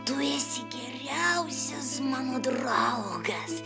tu esi geriausias mano draugas